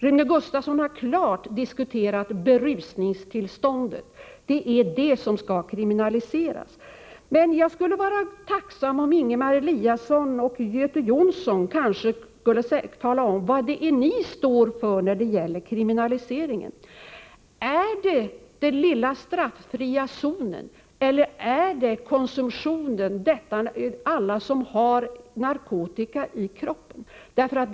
Rune Gustavsson diskuterade helt klart berusningstillståndet. Det var det som skulle kriminaliseras. Jag skulle vara tacksam om Ingemar Eliasson och Göte Jonsson kunde tala om var de står när det gäller kriminaliseringen. Är det den lilla straffria zonen som saken gäller? Eller är det konsumtionen, dvs. alla dem som har narkotika i kroppen som avses?